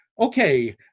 Okay